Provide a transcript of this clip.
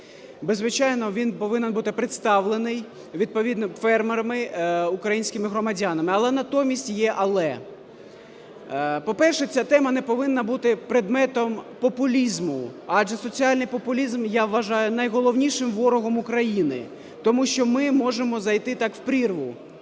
звичайно, він повинен бути представлений відповідно фермерами українськими громадянами. Але натомість є "але". По-перше, ця тема не повинна бути предметом популізму. Адже соціальний популізм, я вважаю, найголовнішим ворогом України, тому що ми можемо зайти так в прірву,